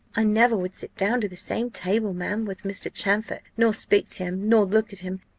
i never would sit down to the same table, ma'am, with mr. champfort, nor speak to him, nor look at him,